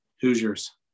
Hoosiers